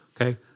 okay